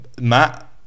Matt